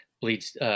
bleeds